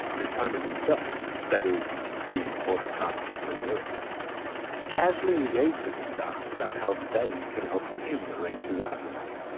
this time as himself, that is the important artist from europe he casually liaised with the staff about how they could help him arrange his artwork.